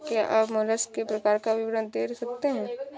क्या आप मोलस्क के प्रकार का विवरण दे सकते हैं?